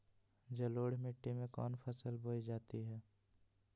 जलोढ़ मिट्टी में कौन फसल बोई जाती हैं?